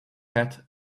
hat